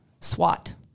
SWAT